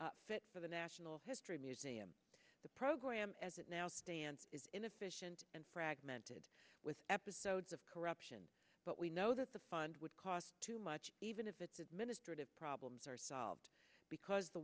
relic fit for the national history museum the program as it now stands is inefficient and fragmented with episodes of corruption but we know that the fund would cost too much even if its administrative problems are solved because the